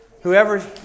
Whoever